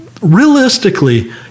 realistically